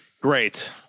Great